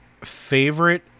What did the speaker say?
favorite